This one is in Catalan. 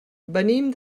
venim